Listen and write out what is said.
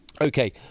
Okay